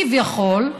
כביכול,